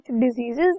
diseases